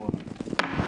בשעה